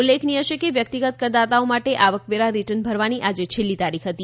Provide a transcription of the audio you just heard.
ઉલ્લેખનિય છે કે વ્યક્તિગત કરદાતાઓ માટે આવકવેરા રીટર્ન ભરવાની આજે છેલ્લી તારીખ હતી